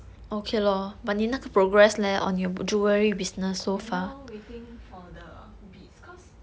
I now waiting for the beads cause